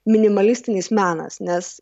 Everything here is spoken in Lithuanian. minimalistinis menas nes